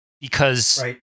Because-